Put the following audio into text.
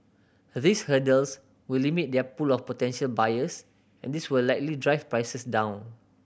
these hurdles will limit their pool of potential buyers and this will likely drive prices down